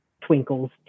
Twinkles